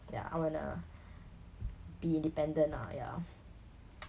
ya I wanna be independent lah ya